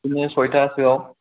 बिदिनो सयथासोआव